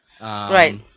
Right